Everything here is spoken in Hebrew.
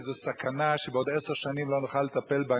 וזו סכנה שבעוד עשר שנים לא נוכל לטפל בה.